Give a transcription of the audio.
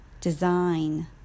design